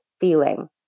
feeling